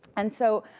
and so,